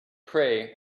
pray